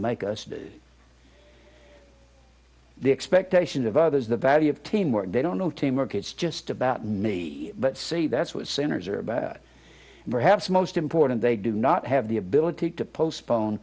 make us did the expectation of others the value of teamwork they don't know teamwork it's just about me but see that's what sinners are about and perhaps most important they do not have the ability to postpone